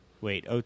wait